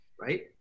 right